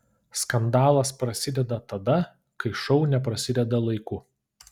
skandalas prasideda tada kai šou neprasideda laiku